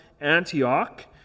Antioch